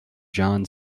john